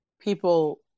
people